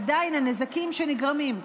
עדיין הנזקים שנגרמים,